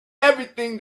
everything